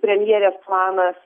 premjerės planas